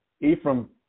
Ephraim